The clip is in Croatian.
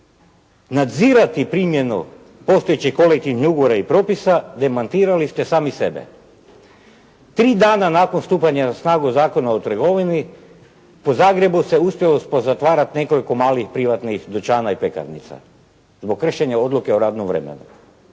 nadzirati primjenu postojećih kolektivnih ugovora i propisa demantirali ste sami sebe. Tri dana nakon stupanja na snagu Zakona o trgovini po Zagrebu se uspjelo pozatvarati nekoliko malih privatnih dućana i pekarnica zbog kršenja Odluke o radnom vremenu.